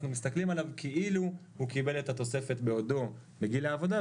אנחנו מסתכלים עליו כאילו הוא קיבל את התוספת בעודו בגיל העבודה,